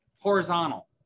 Horizontal